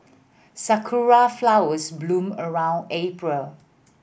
sakura flowers bloom around April